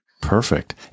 Perfect